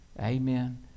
Amen